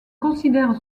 considère